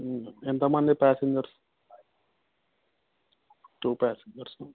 ఎంతమంది passengers two passengers